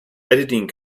editing